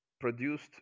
produced